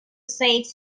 say